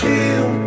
Feel